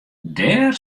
dêr